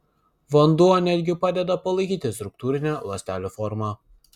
vanduo net gi padeda palaikyti struktūrinę ląstelių formą